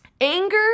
anger